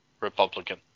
Republican